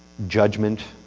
judgment,